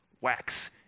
wax